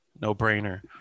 No-brainer